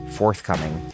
forthcoming